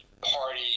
party